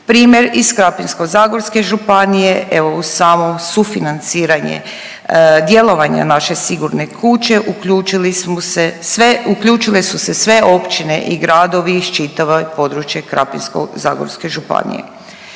Primjer iz Krapinsko-zagorske županije evo uz samom sufinanciranje djelovanja naše sigurne kuće, uključili smo se, uključile su se sve općine i gradovi iz čitavo područje Krapinsko-zagorske županije.